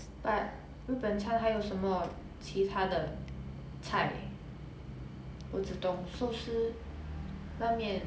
but 日本餐还有什么其他的菜我只懂寿司拉面